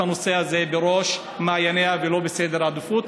הנושא הזה בראש מעייניה ולא בסדר עדיפויות.